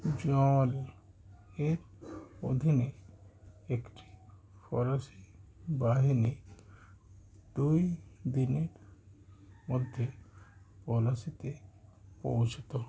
Jean Law এর অধীনে একটি ফরাসী বাহিনী দুই দিনের মধ্যে পলাশীতে পৌঁছোতো